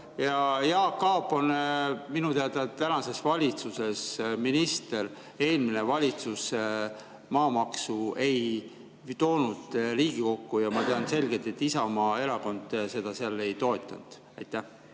Jaak Aab on minu teada tänases valitsuses minister. Eelmine valitsus maamaksu ei toonud Riigikokku ja ma tean selgelt, et Isamaa Erakond seda seal ei toetanud. Jaak